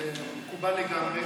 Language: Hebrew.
אז זה מקובל לגמרי.